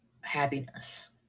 happiness